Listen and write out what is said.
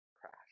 crash